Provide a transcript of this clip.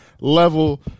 level